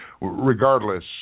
Regardless